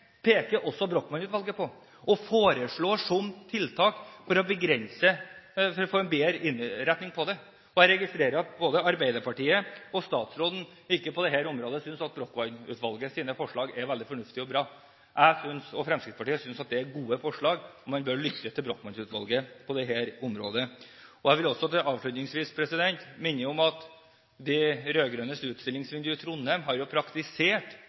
peker også Brochmann-utvalget på og foreslår tiltak for å få en bedre innretning på dette. Jeg registrerer at både Arbeiderpartiet og statsråden synes at Brochmann-utvalgets forslag på dette området er veldig fornuftig og bra. Jeg – og Fremskrittspartiet – synes at det er gode forslag. Man bør lytte til Brochmann-utvalget på dette området. Jeg vil avslutningsvis minne om at de rød-grønnes utstillingsvindu i Trondheim har praktisert